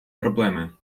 проблеми